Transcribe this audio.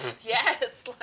yes